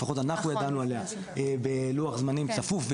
לפחות אנחנו ידענו עליה בלוח זמנים צפוף,